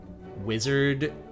wizard